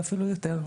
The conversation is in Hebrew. ואפילו יותר,